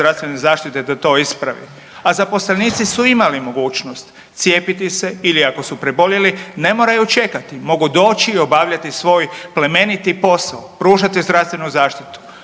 zdravstvene zaštite da to ispravi. A zaposlenici su imali mogućnost cijepiti se ili ako su preboljeli, ne moraju čekati. Mogu doći i obavljati svoj plemeniti posao, pružati zdravstvenu zaštitu.